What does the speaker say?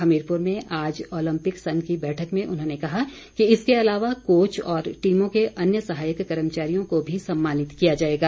हमीरपुर में आज ओलम्पिक संघ की बैठक में उन्होंने कहा कि इसके अलावा कोच और टीमों के अन्य सहायक कर्मचारियों को भी सम्मानित किया जाएगा